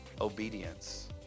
obedience